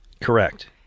Correct